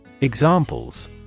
Examples